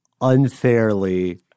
unfairly